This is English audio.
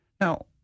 Now